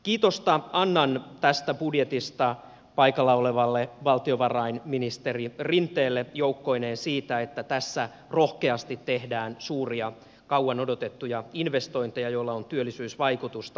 kiitosta annan tästä budjetista paikalla olevalle valtiovarainministeri rinteelle joukkoineen siitä että tässä rohkeasti tehdään suuria kauan odotettuja investointeja joilla on työllisyysvaikutusta